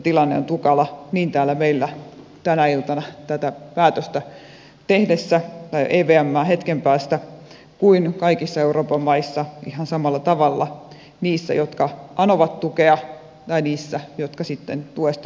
tilanne on tukala niin täällä meillä hetken päästä tätä päätöstä evmstä tehtäessä kuin kaikissa euroopan maissa ihan samalla tavalla niissä jotka anovat tukea kuin niissä jotka sitten tuesta joutuvat päättämään